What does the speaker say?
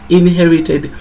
inherited